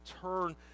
turn